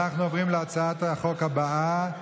אנחנו עוברים להצעת החוק הבאה,